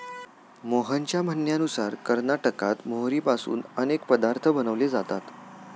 मोहनच्या म्हणण्यानुसार कर्नाटकात मोहरीपासून अनेक पदार्थ बनवले जातात